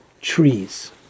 trees